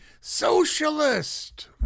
socialist